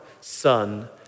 Son